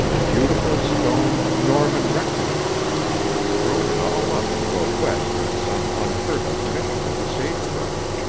beautiful stone norman rectory thrown it all up to go west on some unheard-of mission in the sagebrush.